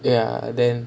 ya then